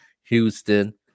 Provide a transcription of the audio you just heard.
Houston